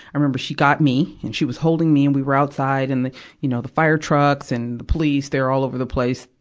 i remember, she got me, and she was holding me. and we were outside, and the you know fire fire trucks and the police, they're all over the place.